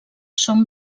són